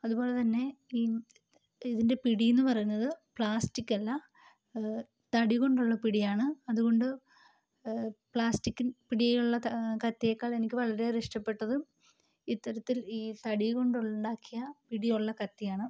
അതുപോലെതന്നെ ഈ ഇതിൻ്റെ പിടിയെന്ന് പറയുന്നത് പ്ലാസ്റ്റിക് അല്ല തടി കൊണ്ടുള്ള പിടിയാണ് അതുകൊണ്ട് പ്ലാസ്റ്റിക് പിടിയുള്ള കത്തിയേക്കാൾ എനിക്ക് വളരെയേറെ ഇഷ്ടപ്പെട്ടത് ഇത്തരത്തിൽ ഈ തടി കൊണ്ടുണ്ടാക്കിയ പിടിയുള്ള കത്തിയാണ്